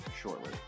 shortly